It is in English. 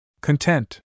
Content